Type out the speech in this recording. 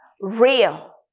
real